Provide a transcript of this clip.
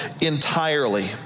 entirely